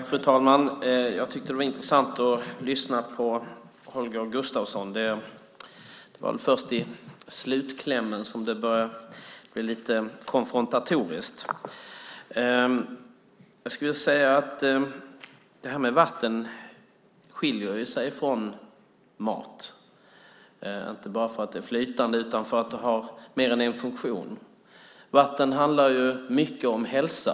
Fru talman! Jag tyckte att det var intressant att lyssna på Holger Gustafsson. Det var först i slutklämmen som det började bli lite konfrontatoriskt. Vatten skiljer sig från mat, inte bara för att det är flytande utan för att det har mer än en funktion. Vatten handlar mycket om hälsa.